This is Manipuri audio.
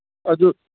ꯑꯗꯨ